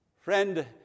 Friend